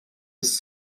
was